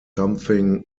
something